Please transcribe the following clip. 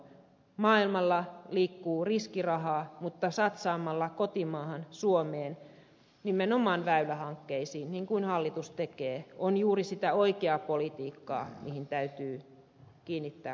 maailmalla liikkuu riskirahaa mutta satsaamalla kotimaahan suomeen nimenomaan väylähankkeisiin niin kuin hallitus tekee on juuri sitä oikeaa politiikkaa mihin täytyy kiinnittää huomiota